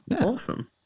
Awesome